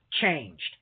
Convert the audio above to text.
changed